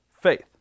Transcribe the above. faith